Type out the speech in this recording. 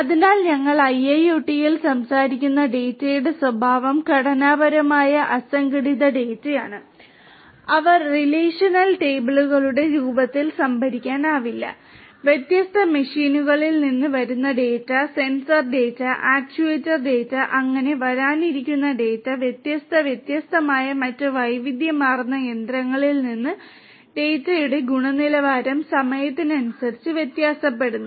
അതിനാൽ ഞങ്ങൾ ഐഐഒടിയിൽ സംസാരിക്കുന്ന ഡാറ്റയുടെ സ്വഭാവം ഘടനാപരമായ അസംഘടിത ഡാറ്റയാണ് അവ റിലേഷണൽ ടേബിളുകളുടെ രൂപത്തിൽ സംഭരിക്കാനാവില്ല വ്യത്യസ്ത മെഷീനുകളിൽ നിന്ന് വരുന്ന data sensor data actuator data അങ്ങനെ വരാനിരിക്കുന്ന ഡാറ്റ വ്യത്യസ്ത വ്യത്യസ്തമായ മറ്റ് വൈവിധ്യമാർന്ന യന്ത്രങ്ങളിൽ നിന്ന് ഡാറ്റയുടെ ഗുണനിലവാരം സമയത്തിനനുസരിച്ച് വ്യത്യാസപ്പെടുന്നു